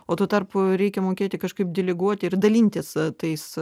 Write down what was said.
o tuo tarpu reikia mokėti kažkaip deleguoti ir dalintis tais